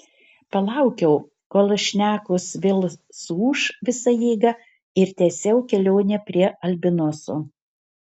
palaukiau kol šnekos vėl suūš visa jėga ir tęsiau kelionę prie albinoso